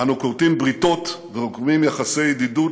אנו כורתים בריתות ורוקמים יחסי ידידות